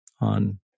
on